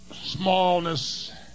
smallness